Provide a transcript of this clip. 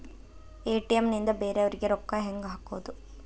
ATM ನಿಂದ ಬೇರೆಯವರಿಗೆ ರೊಕ್ಕ ಹೆಂಗ್ ಹಾಕೋದು?